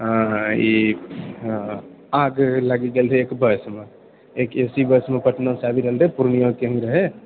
ई आग लागि गेल रहै एक बसमे एक एसी बसमे पटनासँ आबि रहल रहै पूर्णियाके ही रहए